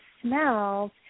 smells